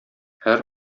һәр